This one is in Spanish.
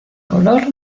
color